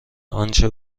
آنچه